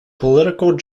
political